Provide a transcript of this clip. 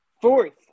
Fourth